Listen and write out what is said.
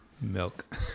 milk